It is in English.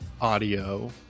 audio